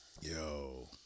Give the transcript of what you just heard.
yo